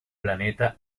planeta